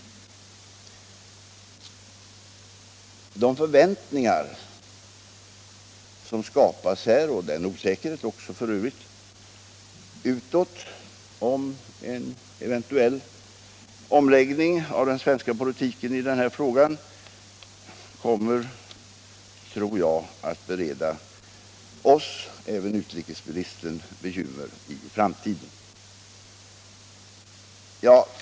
De förväntningar -— och f.ö. även den osäkerhet — som utåt skapas inför en eventuell omläggning av den svenska politiken i denna fråga tror jag kommer att bereda oss och kanske främst utrikesministern bekymmer i framtiden.